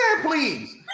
please